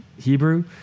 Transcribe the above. hebrew